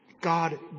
God